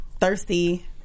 thirsty